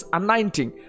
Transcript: anointing